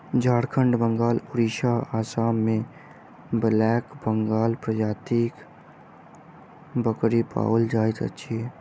झारखंड, बंगाल, उड़िसा, आसाम मे ब्लैक बंगाल प्रजातिक बकरी पाओल जाइत अछि